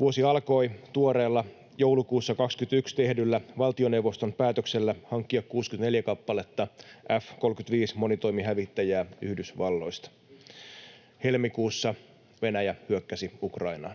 Vuosi alkoi tuoreella joulukuussa 21 tehdyllä valtioneuvoston päätöksellä hankkia 64 kappaletta F-35-monitoimihävittäjiä Yhdysvalloista. Helmikuussa Venäjä hyökkäsi Ukrainaan.